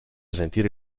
sentire